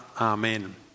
Amen